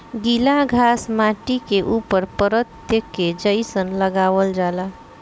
गिला घास माटी के ऊपर परत के जइसन लगावल जाला